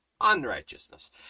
unrighteousness